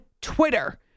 Twitter